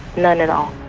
none at all.